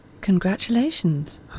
Congratulations